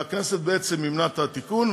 והכנסת מימנה את התיקון,